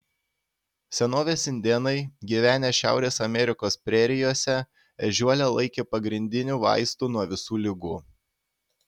senovės indėnai gyvenę šiaurės amerikos prerijose ežiuolę laikė pagrindiniu vaistu nuo visų ligų